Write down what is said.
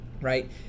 right